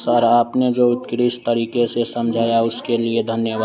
sir आपने जो उत्कृष्ट तरीके से समझाया उसके लिए धन्यवाद